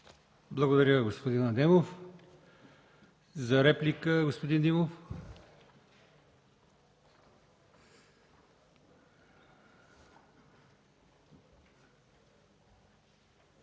Благодаря, господин Адемов. За реплика